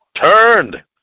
turned